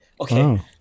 Okay